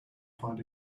find